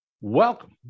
welcome